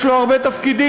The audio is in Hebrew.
יש לו הרבה תפקידים: